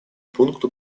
пункту